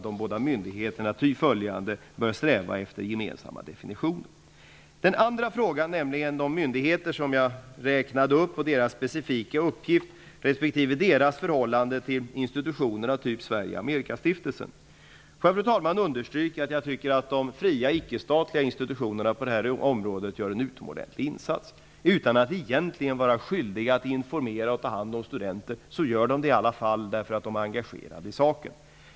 De båda myndigheterna bör ty följande sträva efter gemensamma definitioner. Den andra frågan gällde de myndigheter som jag räknade upp och deras specifika uppgift respektive deras förhållande till institutioner av typ Sverige Amerika-stiftelsen. Låt mig understryka, fru talman, att jag tycker att de fria icke-statliga institutionerna gör en utomordentlig insats på det här området. Utan att egentligen vara skyldiga att informera och ta hand om studenter gör de det i alla fall därför att de är engagerade i saken.